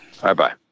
Bye-bye